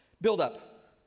Build-up